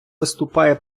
виступає